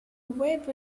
web